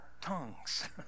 tongues